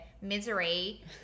misery